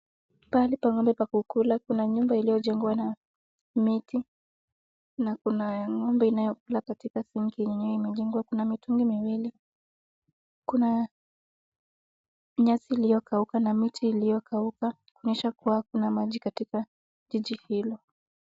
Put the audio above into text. Pahali pa ng'ombe pa kukula. Kuna nyumba iliyojengwa na miti na kuna ng'ombe inayokula katika sinki yenyewe imwjengwa. Kuna mitungi miwili, kuna nyasi iliyokauka na miti iliyokauka kuonyesha kuwa hakuna maji kwenye jiji hilo.